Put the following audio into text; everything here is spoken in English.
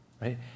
right